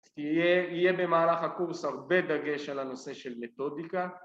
‫תהיה, יהיה במהלך הקורס הרבה דגש ‫על הנושא של מתודיקה.